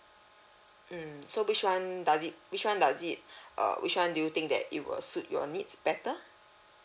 mm so which one does it which one does it err which one do you think that it will suit your needs better